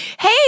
Hey